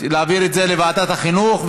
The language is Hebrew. להעביר את זה לוועדת החינוך,